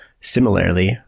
similarly